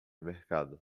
mercado